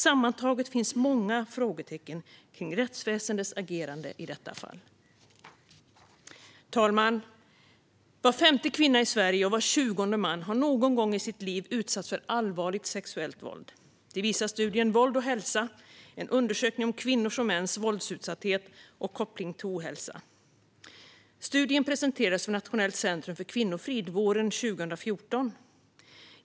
Sammantaget finns det många frågetecken kring rättsväsendets agerande i detta fall. Fru talman! Var femte kvinna i Sverige och var tjugonde man har någon gång i sitt liv utsatts för allvarligt sexuellt våld. Det visar studien Våld och hälsa , en undersökning om kvinnors och mäns våldsutsatthet och kopplingen till ohälsa. Studien presenterades av Nationellt centrum för kvinnofrid våren 2014.